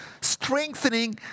strengthening